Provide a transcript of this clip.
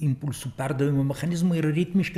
impulsų perdavimo mechanizmai yra ritmiški